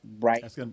right